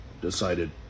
decided